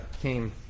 came